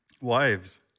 wives